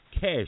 cash